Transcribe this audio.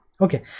okay